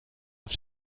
auf